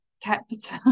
kept